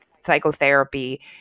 psychotherapy